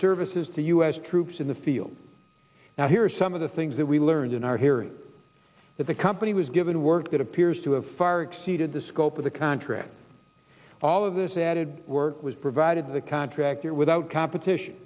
services to u s troops in the field now here are some of the things that we learned in our hearing that the company was given work that appears to have far exceeded the scope of the contract all of this added work was provided to the contractor without competition